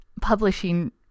publishing